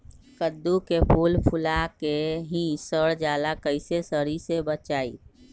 कददु के फूल फुला के ही सर जाला कइसे सरी से बचाई?